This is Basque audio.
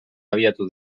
abiatu